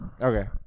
Okay